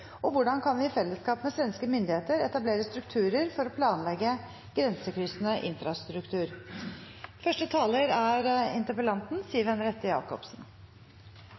Og hvordan kan vi i fellesskap med svenske myndigheter etablere strukturer for å planlegge grensekryssende infrastruktur? Vararepresentanten Siv Henriette Jacobsen